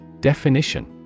Definition